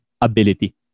ability